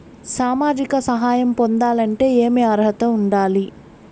సామాజిక సహాయం పొందాలంటే ఏమి అర్హత ఉండాలి?